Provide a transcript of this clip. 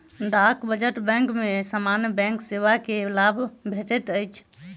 डाक बचत बैंक में सामान्य बैंक सेवा के लाभ भेटैत अछि